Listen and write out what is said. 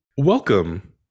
welcome